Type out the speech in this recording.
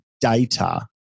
data